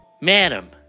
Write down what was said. Madam